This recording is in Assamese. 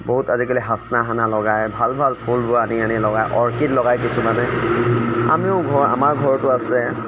বহুত আজিকালি হাচনাহানা লগায় ভাল ভাল ফুলবোৰ আনি আনি লগায় অৰ্কিড লগায় কিছুমানে আমিও ঘৰ আমাৰ ঘৰতো আছে